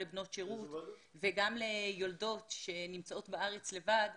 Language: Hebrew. גם לבנות שירות וגם ליולדות שנמצאות בארץ לבד,